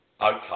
okay